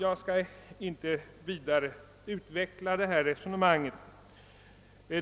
Jag skall inte vidare utveckla detta resonemang.